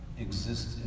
exist